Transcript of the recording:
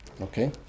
Okay